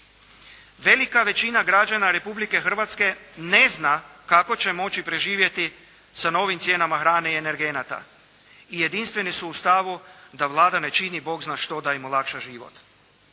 Velika većina građana Republike Hrvatske ne zna kako će moći preživjeti sa novim cijenama hrane i energenata i jedinstveni su u stavu da Vlada ne čini Bog zna što da im olakša život.